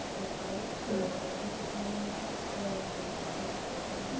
approach to a legacy planning is, is the anticipator.